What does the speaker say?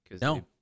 No